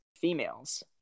females